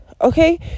Okay